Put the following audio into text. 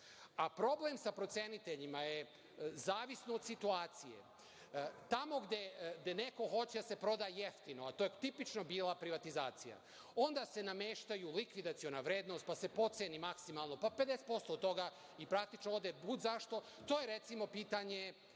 zakonu. Problem sa proceniteljima je zavisno od situacije. Tamo gde neko hoće da se proda jeftino, a to je tipično bila privatizacija, onda se nameštaju likvidaciona vrednost, pa se potceni maksimalno, pa 50% od toga i praktično ode budzašto. To je recimo pitanje